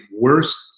worst